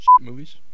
movies